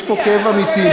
יש פה כאב אמיתי,